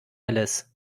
alice